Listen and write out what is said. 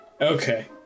Okay